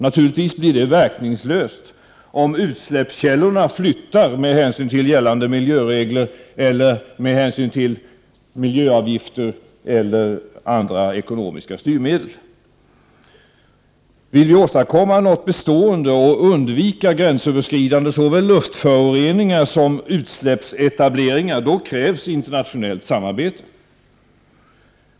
Naturligtvis blir det verkningslöst om utsläppskällorna flyttar med hänsyn till gällande miljöregler, miljöavgifter och andra ekonomiska styrmedel. Vill vi åstadkomma något bestående och undvika gränsöverskridande såväl luftföroreningar som utsläppsetableringar krävs internationellt samarbete.